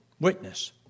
witness